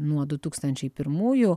nuo du tūkstančiai pirmųjų